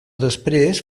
després